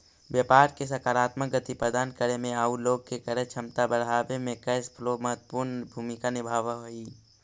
व्यापार के सकारात्मक गति प्रदान करे में आउ लोग के क्रय क्षमता बढ़ावे में कैश फ्लो महत्वपूर्ण भूमिका निभावऽ हई